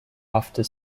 after